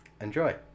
enjoy